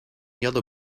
yellow